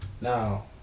Now